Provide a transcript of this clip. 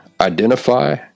identify